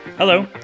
Hello